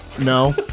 No